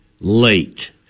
late